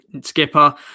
skipper